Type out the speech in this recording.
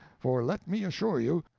for let me assure you,